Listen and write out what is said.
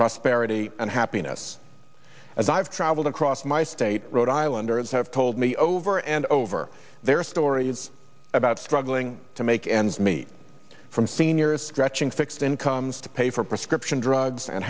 prosperity and happiness as i've traveled across my state rhode islanders have told me over and over their stories about struggling to make ends meet from seniors scratching fixed incomes to pay for prescription drugs and